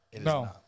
No